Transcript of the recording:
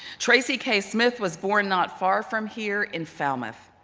tracy k. smith was born not far from here in falmouth.